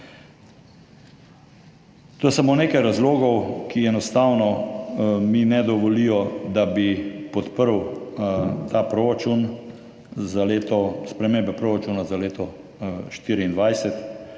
To je samo nekaj razlogov, ki mi enostavno ne dovolijo, da bi podprl spremembe proračuna za leto 2024.